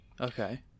Okay